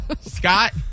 Scott